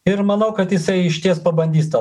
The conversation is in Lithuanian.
ir manau kad jisai išties pabandys tą